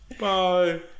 Bye